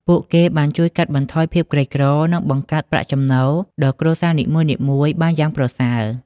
ពួកគេបានជួយកាត់បន្ថយភាពក្រីក្រ និងបង្កើតប្រាក់ចំណូលដល់គ្រួសារនីមួយៗបានយ៉ាងប្រសើរ។